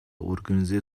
organize